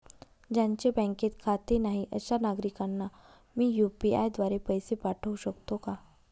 ज्यांचे बँकेत खाते नाही अशा नागरीकांना मी यू.पी.आय द्वारे पैसे पाठवू शकतो का?